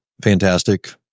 fantastic